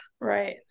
right